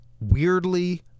weirdly